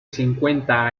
cincuenta